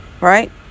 Right